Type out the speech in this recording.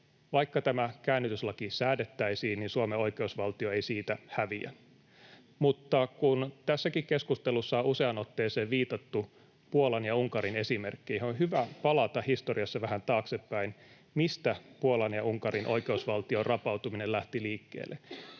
Vaikka tämä käännytyslaki säädettäisiin, Suomen oikeusvaltio ei siitä häviä. Mutta kun tässäkin keskustelussa on useaan otteeseen viitattu Puolan ja Unkarin esimerkkeihin, on hyvä palata historiassa vähän taaksepäin, mistä Puolan ja Unkarin oikeusvaltion rapautuminen lähti liikkeelle.